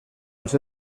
els